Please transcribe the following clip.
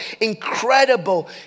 incredible